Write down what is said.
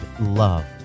love